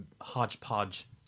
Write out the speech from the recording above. hodgepodge